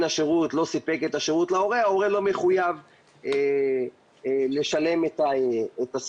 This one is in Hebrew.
השירות לא סיפק את השירות להורה ההורה לא מחויב לשלם את הסכום.